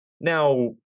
Now